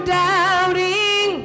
doubting